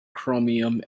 chromium